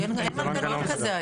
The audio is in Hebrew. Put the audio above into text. אין מנגנון כזה היום.